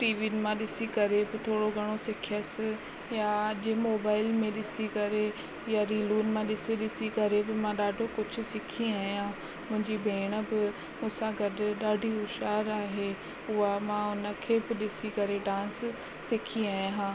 टीवीन मां ॾिसी करे बि डांस सिखियसि यां मोबाइल में ॾिसी करे यां रीलुनि मां ॾिसी ॾिसी करे बि मां ॾाढो कुझु सिखी आहियां मुंहिंजी भेण बि मूंसां गॾु ॾाढी होशियारु आहे उहा मां उन खे बि ॾिसी करे मां डांस सिखी आहियां ऐं हा